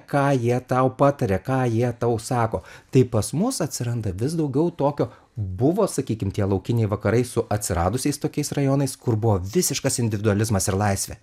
ką jie tau pataria ką jie tau sako tai pas mus atsiranda vis daugiau tokio buvo sakykim tie laukiniai vakarai su atsiradusiais tokiais rajonais kur buvo visiškas individualizmas ir laisvė